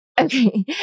Okay